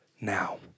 Now